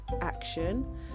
action